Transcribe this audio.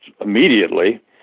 immediately